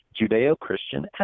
Judeo-Christian